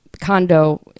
condo